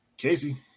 Casey